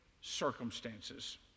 circumstances